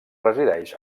resideix